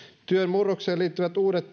työn murrokseen liittyvät uudet